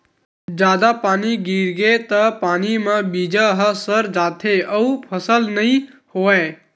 जादा पानी गिरगे त पानी म बीजा ह सर जाथे अउ फसल नइ होवय